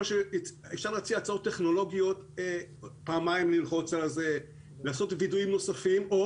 אפשר להציע הצעות טכנולוגיות כמו ללחוץ פעמיים ולוודא פעם נוספת או